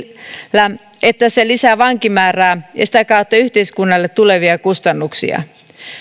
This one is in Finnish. että se lisää vankimäärää ja sitä kautta yhteiskunnalle tulevia kustannuksia